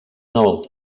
nul